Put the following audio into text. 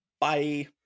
Bye